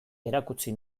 erakutsi